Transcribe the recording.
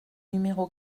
numéro